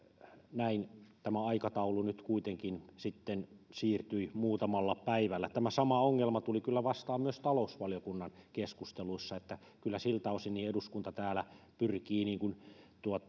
näin tämä aikataulu nyt kuitenkin sitten siirtyi muutamalla päivällä tämä sama ongelma tuli kyllä vastaan myös talousvaliokunnan keskusteluissa niin että kyllä siltä osin eduskunta täällä pyrkii